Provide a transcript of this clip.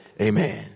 amen